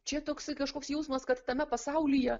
čia toksai kažkoks jausmas kad tame pasaulyje